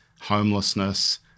homelessness